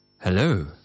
Hello